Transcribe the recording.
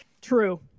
True